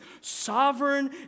sovereign